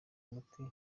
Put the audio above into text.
umuti